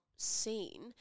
seen